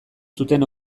zuten